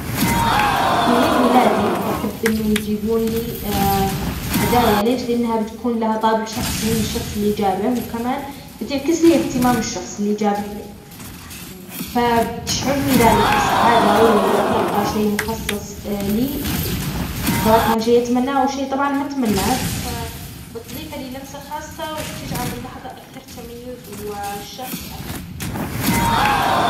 في عيد ميلادي بحب أن يجيبون لي هدايا، ليش؟ لأنها تكون لها طابع شخصي من الشخص إللي جابه، وكما بتعكس لي إهتمام الشخص إللي جابه لي فتشعرني ذلك بسعادة وبتلقى شي مخصص لي سواء كان شي أتمناه أو شي طبعا ما أتمناه فبتظيف لي لمسه خاصة وبتجعل اللحظة أكثر تميز والشخص أقرب.